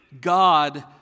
God